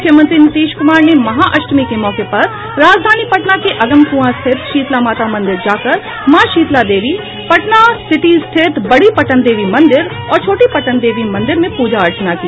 मुख्यमंत्री नीतीश कुमार ने महाअष्टमी के मौके पर राजधानी पटना के अगमकुआं स्थित शीतला माता मंदिर जाकर मॉ शीतला देवी पटना सिटी स्थित बड़ी पटनदेवी मंदिर और छोटी पटनदेवी मंदिर में पूजा अर्चना की